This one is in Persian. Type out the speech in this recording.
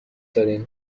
داریم